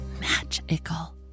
magical